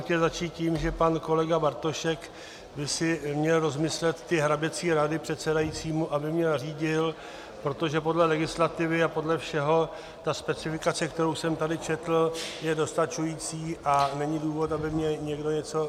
Chtěl jsem začít tím, že pan kolega Bartošek si měl rozmyslet ty hraběcí rady předsedajícímu, aby mi nařídil, protože podle legislativy a podle všeho ta specifikace, kterou jsem tady četl, je dostačující a není důvod, aby mi někdo něco jiného